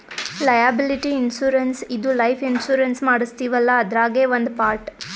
liability insurance ಇದು life insurance ಮಾಡಸ್ತೀವಲ್ಲ ಅದ್ರಾಗೇ ಒಂದ್ ಪಾರ್ಟ್